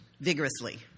vigorously